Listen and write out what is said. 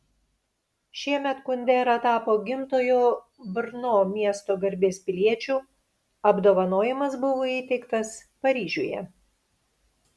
šiemet kundera tapo gimtojo brno miesto garbės piliečiu apdovanojimas buvo įteiktas paryžiuje